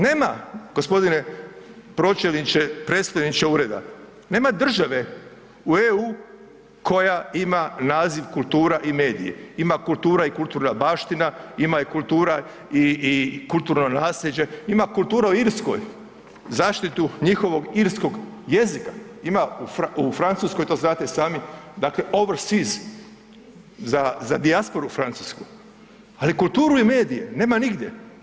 Nema gospodine pročelniče, predstojniče ureda, nema države u EU koja ima naziv kultura i medije, ima kultura i kulturna baština, ima i kultura i kulturno naslijeđe, ima kultura u Irskoj zaštitu njihovog irskog jezika, ima u Francuskoj to znate i sami dakle oversize za, za dijasporu francusku, ali kulturu i medije nema nigdje.